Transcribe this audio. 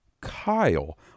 Kyle